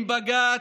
עם בג"ץ,